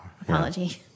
apology